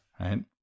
Right